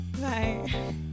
Bye